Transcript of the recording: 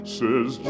says